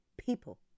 people